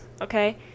okay